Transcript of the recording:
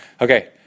Okay